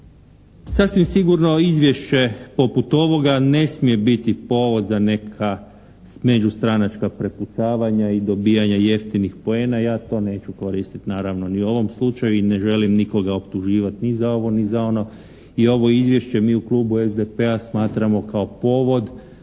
Sasvim sigurno, izvješće poput ovoga ne smije biti povod za neka međustranačka prepucavanja i dobijanja jeftinih poena, ja to neću koristiti naravno ni u ovom slučaju i ne želim nikoga optuživati ni za ovo ni za ono. I ovo izvješće mi u Klubu SDP-a smatramo kao povod